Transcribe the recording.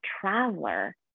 traveler